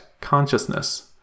consciousness